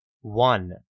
One